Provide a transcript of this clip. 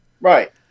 Right